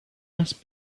less